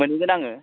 मोनहैगोन आङो